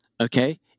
Okay